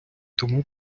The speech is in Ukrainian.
тому